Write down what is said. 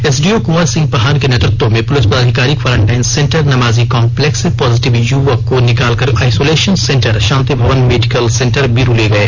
SDO Kawar Singh Pahan के नेतृत्व में पुलिस पदाधिकारी क्वारन्टीन सेंटर नमाजी कॉप्लेक्स से पॉजिटिव युवक को निकाल कर isolation centre Shanti Bhavan medical centre Biru ले गए